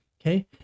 okay